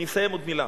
אני מסיים, עוד מלה.